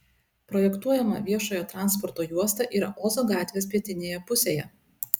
projektuojama viešojo transporto juosta yra ozo gatvės pietinėje pusėje